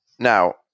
Now